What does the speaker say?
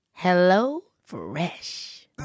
HelloFresh